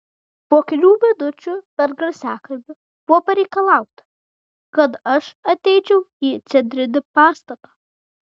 po kelių minučių per garsiakalbį buvo pareikalauta kad aš ateičiau į centrinį pastatą